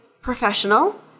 professional